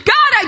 God